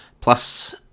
Plus